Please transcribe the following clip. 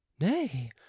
nay